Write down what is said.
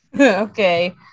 Okay